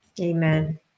amen